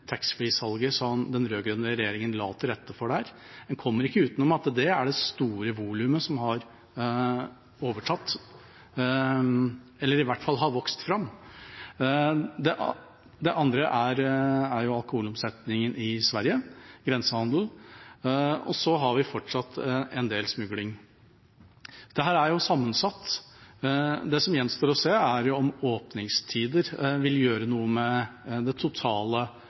som den rød-grønne regjeringa la til rette for der. Vi kommer ikke utenom at det er det store volumet som har overtatt – eller i hvert fall som har vokst fram. Det andre er alkoholomsetningen i Sverige, grensehandelen. Og så har vi fortsatt en del smugling. Dette er sammensatt. Det som gjenstår å se, er om åpningstider vil gjøre noe med den totale omsetningen og det totale